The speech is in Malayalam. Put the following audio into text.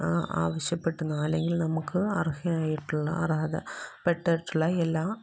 ആവശ്യപ്പെടുന്ന അല്ലെങ്കിൽ നമുക്ക് അർഹയായിട്ടുള്ള അർഹതപെട്ടിട്ടുള്ള എല്ലാ